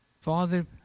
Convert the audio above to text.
Father